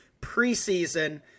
preseason